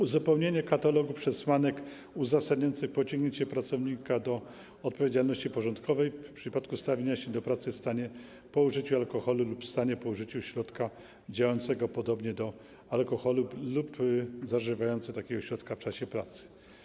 Uzupełnienie katalogu przesłanek uzasadniających pociągnięcie pracownika do odpowiedzialności porządkowej w przypadku stawienia się do pracy w stanie po użyciu alkoholu lub w stanie po użyciu środka działającego podobnie do alkoholu lub zażywania takiego środka w czasie pracy.